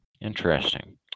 Interesting